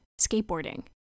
skateboarding